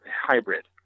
hybrid